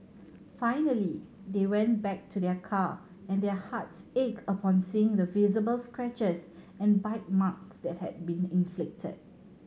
finally they went back to their car and their hearts ached upon seeing the visible scratches and bite marks that had been inflicted